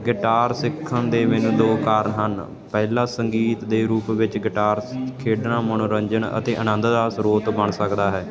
guitar ਸਿੱਖਣ ਦੇ ਮੈਨੂੰ ਦੋ ਕਾਰਨ ਹਨ ਪਹਿਲਾ ਸੰਗੀਤ ਦੇ ਰੂਪ ਵਿੱਚ ਗਿਟਾਰ ਸੀ ਖੇਡਾਂ ਮਨੋਰੰਜਨ ਅਤੇ ਆਨੰਦ ਦਾ ਸਰੋਤ ਬਣ ਸਕਦਾ ਹੈ